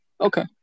Okay